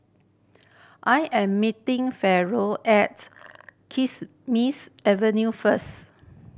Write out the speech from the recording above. I am meeting Faron at Kismis Avenue first